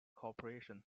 corporation